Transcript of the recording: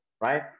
right